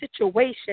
situation